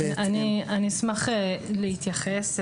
אני אשמח להתייחס.